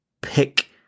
pick